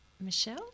Michelle